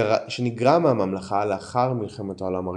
שנגרע מהממלכה לאחר מלחמת העולם הראשונה.